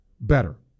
better